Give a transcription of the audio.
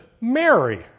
Mary